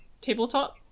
tabletop